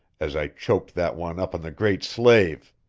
as i choked that one up on the great slave!